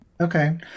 Okay